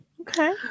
okay